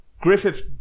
Griffith